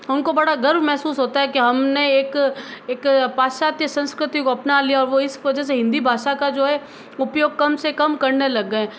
उनको बड़ा गर्व महसूस होता है कि हमने एक एक पाश्चात्य संस्कृति को अपना लिया और वो इस वजह से हिंदी भाषा का जो है उपयोग कम से कम करने लग गए